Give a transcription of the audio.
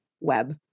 web